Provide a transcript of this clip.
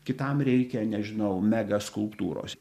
kitam reikia nežinau mega skulptūros